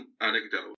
anecdote